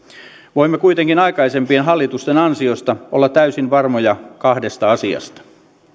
voimme kuitenkin aikaisempien hallitusten ansiosta olla täysin varmoja kahdesta asiasta